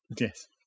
Yes